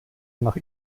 nach